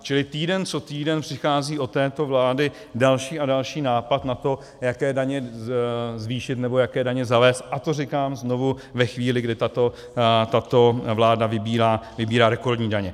Čili týden co týden přichází od této vlády další a další nápad na to, jaké daně zvýšit nebo jaké daně zavést, a to, říkám znovu, ve chvíli, kdy tato vláda vybírá rekordní daně.